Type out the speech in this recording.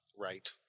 Right